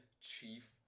chief